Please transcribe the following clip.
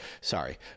sorry